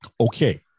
okay